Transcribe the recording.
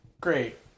Great